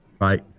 right